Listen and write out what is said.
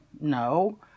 no